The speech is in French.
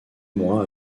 mois